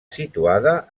situada